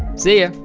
see ya.